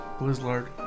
Blizzard